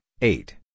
eight